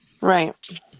Right